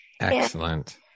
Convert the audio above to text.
Excellent